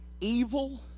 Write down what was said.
evil